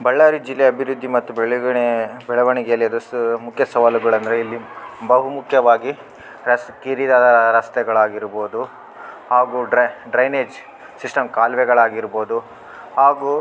ಬಳ್ಳಾರಿ ಜಿಲ್ಲೆ ಅಭಿವೃದ್ದಿ ಮತ್ತು ಬೆಳಗಣೆ ಬೆಳವಣಿಗೆಯಲ್ಲಿ ರಸ್ ಮುಖ್ಯ ಸವಾಲುಗಳಂದರೆ ಇಲ್ಲಿ ಬಹು ಮುಖ್ಯವಾಗಿ ರಸ್ ಕಿರಿದಾದ ರಸ್ತೆಗಳಾಗಿರ್ಬೋದು ಹಾಗೂ ಡ್ರೈನೇಜ್ ಸಿಸ್ಟಮ್ ಕಾಲುವೆಗಳಾಗಿರ್ಬೋದು ಹಾಗೂ